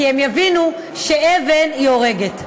כי הם יבינו שאבן הורגת.